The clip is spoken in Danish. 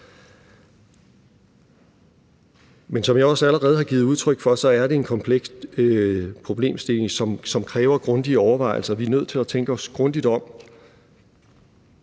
Men som jeg også allerede har givet udtryk for, er det en kompleks problemstilling, som kræver grundige overvejelser. Vi er nødt til at tænke os grundigt om,